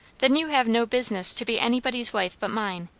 then you have no business to be anybody's wife but mine.